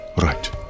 right